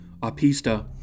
apista